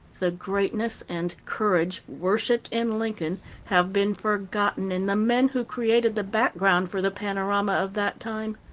the greatness and courage worshipped in lincoln have been forgotten in the men who created the background for the panorama of that time.